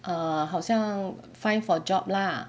err 好像 find for job lah